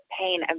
pain